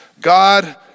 God